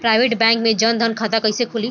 Private bank मे जन धन खाता कैसे खुली?